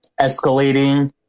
escalating